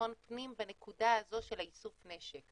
בטחון פנים בנקודה הזו של איסוף הנשק.